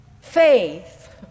faith